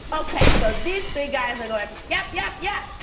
okay. so these three guys are going, yap, yap, yeah